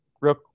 Real